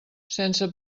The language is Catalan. sense